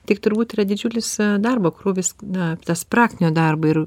tik turbūt yra didžiulis darbo krūvis na tas praktinio darbo ir